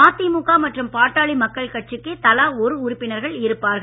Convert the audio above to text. மதிமுக மற்றும் பாட்டாளி மக்கள் கட்சிக்கு தலா ஒரு உறுப்பினர்கள் இருப்பார்கள்